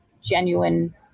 genuine